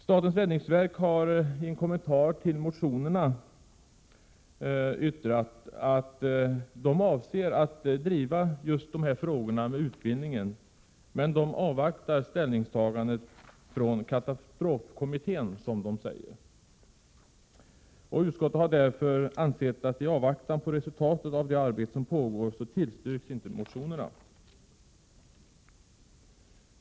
Statens räddningsverk har i en kommentar till motionerna yttrat att verket avser driva just frågan om utbildning men att man avvaktar ställningstagandet från katastrofkommittén. Utskottet har därför i avvaktan på resultatet av det arbete som pågår inte tillstyrkt motionerna.